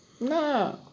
No